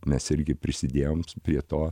mes irgi prisidėjom prie to